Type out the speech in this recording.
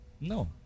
No